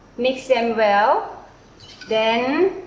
mix them well then